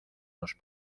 los